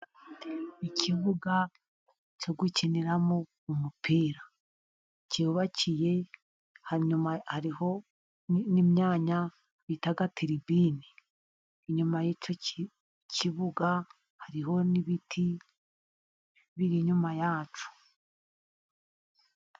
Ikibuga cyo gukiniramo umupira kirubakiye hanyuma hari n'imyanya bita tiribine. Inyuma y'icyo kibuga hari n'ibiti biri inyuma yacyo.